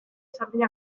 sardina